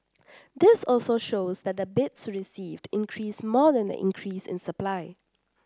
this also shows that the bids received increased more than the increase in supply